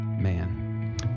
man